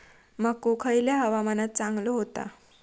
मको खयल्या हवामानात चांगलो होता?